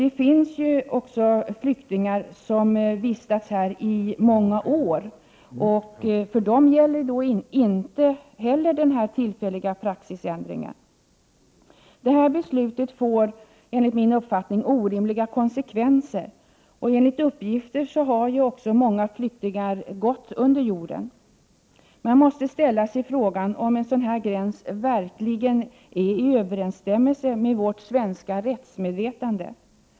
Det finns flyktingar som vistats här i många år. Inte heller för dem gällde den tillfälliga regeringspraxisen. Det här beslutet får orimliga konsekvenser. Enligt uppgift har många flyktingar gått under jorden. Man måste ställa sig frågan om en sådan här gräns verkligen står i överensstämmelse med vårt svenska rättsmedvetande?